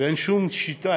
ואין שום שיטה,